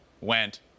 went